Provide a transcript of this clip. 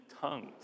tongues